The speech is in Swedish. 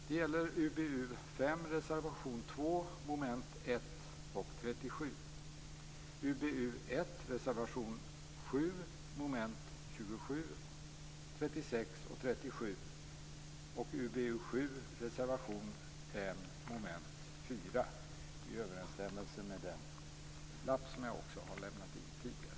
Det gäller reservation 2 under mom. 1 och 37 i utbildningsutskottets betänkande 5, reservation 7 under mom. 27, 36 och 37 i utbildningsutskottets betänkande 1 och reservation 5 under mom. 4 i utbildningsutskottets betänkande 7.